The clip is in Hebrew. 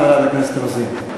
חברת הכנסת רוזין.